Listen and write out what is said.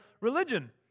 religion